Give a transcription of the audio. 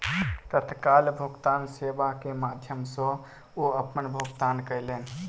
तत्काल भुगतान सेवा के माध्यम सॅ ओ अपन भुगतान कयलैन